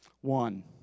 One